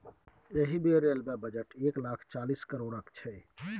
एहि बेर railway budget एक लाख चालीस करोड़क छै